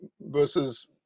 versus